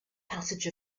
passage